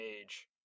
age